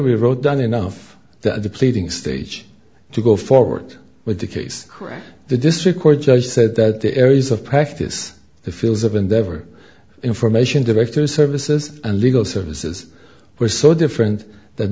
we wrote down enough that the pleading stage to go forward with the case the district court judge said that the areas of practice the fields of endeavor information director services and legal services were so different that